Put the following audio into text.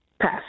Pass